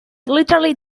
literally